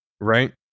right